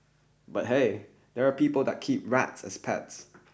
but hey there are people that keep rats as pets